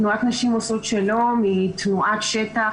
תנועת נשים עושות שלום היא תנועת שטח